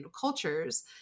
cultures